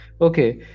okay